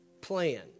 plan